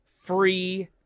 free